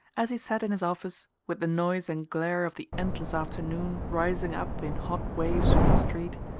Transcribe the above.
as he sat in his office, with the noise and glare of the endless afternoon rising up in hot waves from the street,